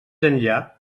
enllà